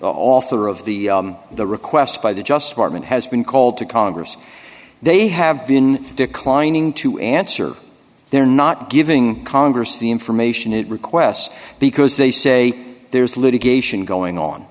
author of the the request by the just apartment has been called to congress they have been declining to answer they're not giving congress the information it requests because they say there's litigation going on